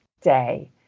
day